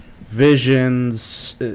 Visions